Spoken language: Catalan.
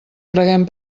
preguem